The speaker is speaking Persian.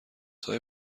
های